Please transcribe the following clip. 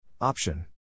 Option